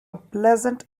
pleasant